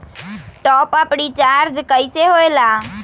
Top up recharge कइसे होएला?